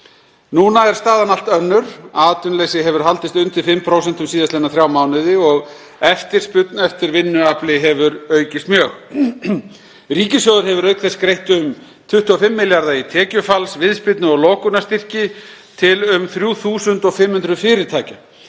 Núna er staðan allt önnur, atvinnuleysi hefur haldist undir 5% síðastliðna þrjá mánuði og eftirspurn eftir vinnuafli hefur aukist mjög. Ríkissjóður hefur auk þess greitt um 25 milljarða í tekjufalls-, viðspyrnu- og lokunarstyrki til um 3.500 fyrirtækja.